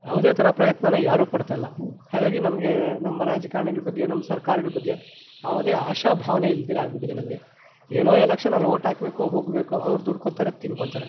ಯಾವುದೇ ಥರ ಪ್ರಯತ್ನನ ಯಾರೂ ಪಡ್ತಾ ಇಲ್ಲ ಹಾಗಾಗಿ ನಮಗೆ ನಮ್ಮ ರಾಜಕಾರಣಿಗಳ ಬಗ್ಗೆ ನಮ್ಮ ಸರ್ಕಾರಗಳ ಬಗ್ಗೆ ಯಾವುದೇ ಆಶಾಭಾವನೆ ಇಲ್ದಿರೋ ಆಗಿಬಿಟ್ಟಿದೆ ನಮಗೆ ಏನೋ ಎಲೆಕ್ಷನ್ನಲ್ಲಿ ವೋಟ್ ಹಾಕ್ಬೇಕು ಹೋಗಬೇಕು ಅವರು ದುಡ್ಕೊತಾರೆ ತಿನ್ಕೊತಾರೆ